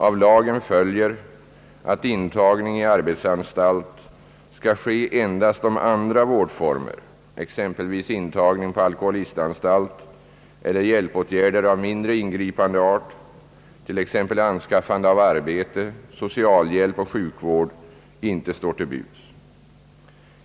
Av lagen följer att intagning i arbetsanstali skall ske endast om andra vårdformer, exempelvis intagning på alkoholistanstalt, eller hjälpåtgärder av mindre ingripande art, t.ex. anskaffande av arbete, socialhjälp och sjukvård, inte står till buds.